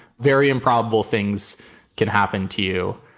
very improbable things can happen to you.